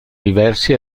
diversi